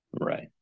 Right